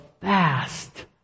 fast